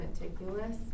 meticulous